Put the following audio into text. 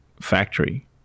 factory